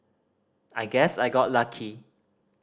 I guess I got lucky